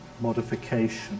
modification